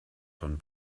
von